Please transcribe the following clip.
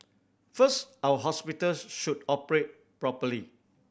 first our hospitals should operate properly